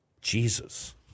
Jesus